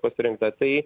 pasirinkta tai